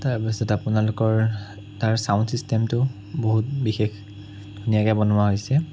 তাৰপিছত আপোনালোকৰ তাৰ ছাউণ্ড ছিষ্টেমটো বহুত বিশেষ ধুনীয়াকৈ বনোৱা হৈছে